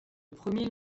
premier